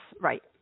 Right